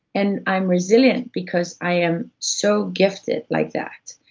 and i'm resilient because i am so gifted like that.